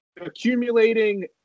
accumulating